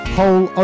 Whole